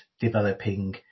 developing